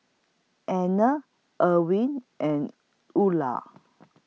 Anner Irwin and Eula